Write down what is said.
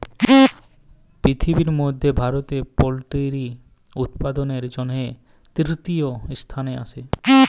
পিরথিবির ম্যধে ভারত পোলটিরি উৎপাদনের জ্যনহে তীরতীয় ইসথানে আসে